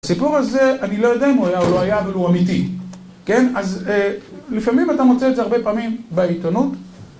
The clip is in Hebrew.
הסיפור הזה, אני לא יודע אם הוא היה או לא היה, אבל הוא אמיתי, כן? אז לפעמים אתה מוצא את זה הרבה פעמים בעיתונות.